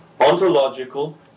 ontological